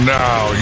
now